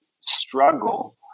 struggle